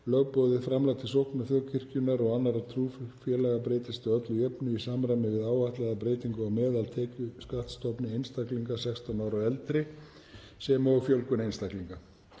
Lögboðið framlag til sókna þjóðkirkjunnar og annarra trúfélaga breytist að öllu jöfnu í samræmi við áætlaða breytingu á meðaltekjuskattsstofni einstaklinga 16 ára og eldri, sem og fjölgun einstaklinga.